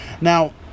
Now